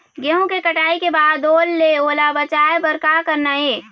गेहूं के कटाई के बाद ओल ले ओला बचाए बर का करना ये?